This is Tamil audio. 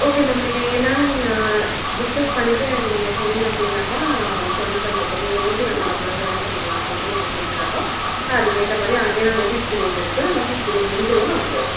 ஓகே மேம் நீங்கள் என்னெனு நீங்கள் டிஸ்கஸ் பண்ணிவிட்டு எனக்கு நீங்கள் சொன்னீங்க அப்படின்னாக்கா நான் ஜாய்ன் பண்ணுறதுக்கு என்றைக்கி நாங்கள் வரலாம் ஜாய்ன் பண்ணிக்கலாம் அப்படின்ட்டு நீங்கள் சொன்னிங்கனாக்கால் நான் அதுக்கேற்ற மாதிரி அங்கே நோட்டீஸ் பீரியட் இருக்குது நோட்டீஸ் பீரியட் முடிஞ்சதும் நான் வந்துடுறேன்